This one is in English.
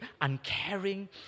uncaring